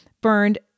burned